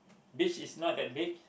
beach is not that big